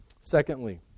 secondly